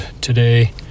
today